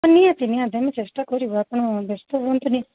ନିହାତି ନିହାତି ଆମେ ଚେଷ୍ଟା କରିବୁ ଆପଣ ବ୍ୟସ୍ତ ହୁଅନ୍ତୁନି